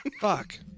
fuck